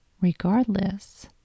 Regardless